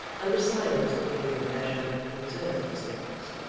and the silence that gave him leisure to observe these things,